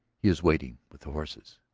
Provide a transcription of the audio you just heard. he is waiting with the horses.